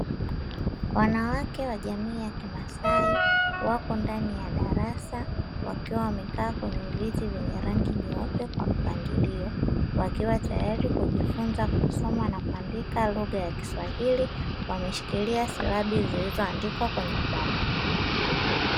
Wanawake wa jamii ya kimasai, wako ndani ya darasa wakiwa wamekaa kwenye viti vyenye rangi nyeupe kwa mpangilio wakiwa tayari kujifunza kusoma na kuandika lugha ya kiswahili wameshikilia silabi zilizoandikwa kwenye ubao.